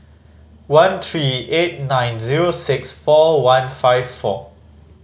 one three eight nine zero six four one five four